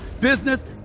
business